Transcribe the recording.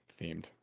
themed